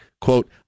Quote